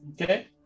Okay